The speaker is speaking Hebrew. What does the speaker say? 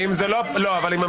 אתם לוקחים לנו את הדמוקרטיה.